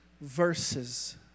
verses